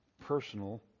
personal